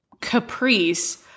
Caprice